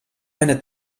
eine